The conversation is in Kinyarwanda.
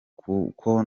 kuko